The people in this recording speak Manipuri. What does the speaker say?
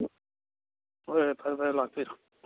ꯍꯣꯏ ꯍꯣꯏ ꯐꯔꯦ ꯐꯔꯦ ꯂꯥꯛꯄꯤꯔꯣ